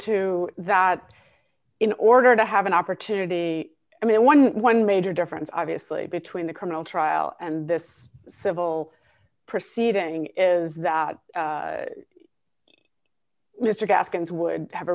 to that in order to have an opportunity i mean eleven major difference obviously between the criminal trial and this civil proceeding is mr gaskins would have